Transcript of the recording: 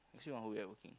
next week onward I working